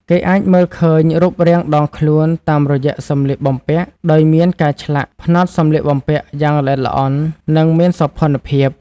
គេអាចមើលឃើញរូបរាងដងខ្លួនតាមរយៈសម្លៀកបំពាក់ ដោយមានការឆ្លាក់ ផ្នត់សម្លៀកបំពាក់ យ៉ាងល្អិតល្អន់ និងមានសោភ័ណភាព។